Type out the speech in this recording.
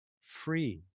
free